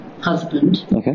husband